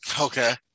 Okay